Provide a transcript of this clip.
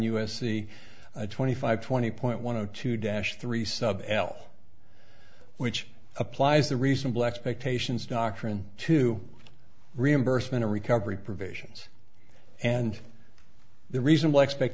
c twenty five twenty point one zero two dash three sub al which applies the reasonable expectations doctrine to reimbursement of recovery provisions and the reason why expect